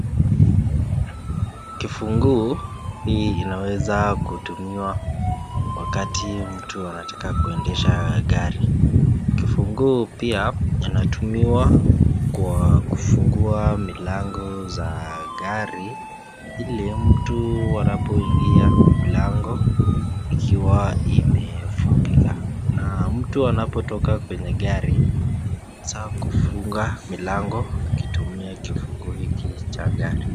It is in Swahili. Kifungu hii inaweza kutumiwa wakati mtu anataka kuendesha gari. Kifungu pia inatumiwa kwa kufunguwa milango za gari ili mtu anapoingia mlango ikiwa imefungika na mtu anapotoka kwenye gari anaweza kufunga milango akitumia kifungu hiki cha gari.